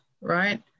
right